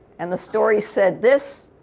and the story said this,